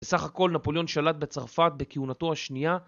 בסך הכל נפוליאון שלט בצרפת בכהונתו השנייה